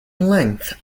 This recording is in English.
length